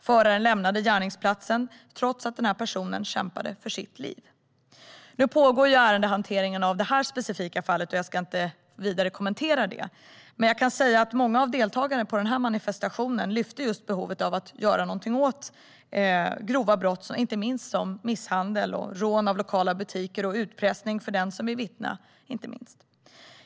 Föraren lämnade gärningsplatsen trots att den påkörda kämpade för sitt liv. Ärendehanteringen av detta specifika fall pågår, så jag ska inte kommentera det vidare. Men jag kan säga att många av deltagarna på manifestationen lyfte upp behovet av att något görs åt grova brott som misshandel, rån av lokala butiker och utpressning av den som vill vittna.